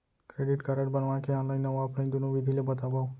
Credit card बनवाए के online अऊ ऑफलाइन दुनो विधि ला बतावव?